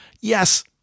yes